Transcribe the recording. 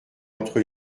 entre